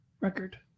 record